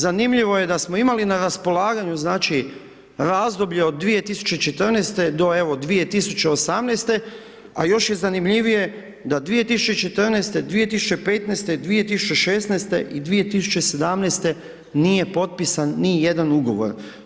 Zanimljivo je da smo imali na raspolaganju znači razdoblje od 2014. do evo 2018. a još je zanimljivije da 2014., 2015., 2016. i 2017. nije potpisan ni jedan ugovor.